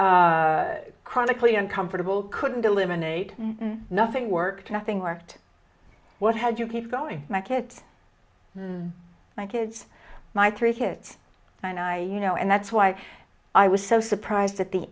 chronically uncomfortable couldn't eliminate nothing worked nothing worked what had you keep going my kids my kids my three kids and i you know and that's why i was so surprised at the